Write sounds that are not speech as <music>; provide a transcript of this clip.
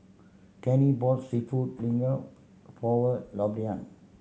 Kenney bought Seafood <unintelligible> for <unintelligible>